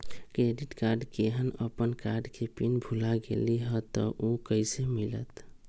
Credit card केहन अपन card के पिन भुला गेलि ह त उ कईसे मिलत?